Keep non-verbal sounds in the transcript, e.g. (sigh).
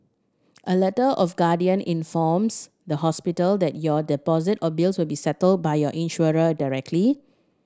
a Letter of (unintelligible) informs the hospital that your deposit or bills will be settled by your insurer directly